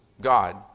God